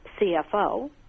CFO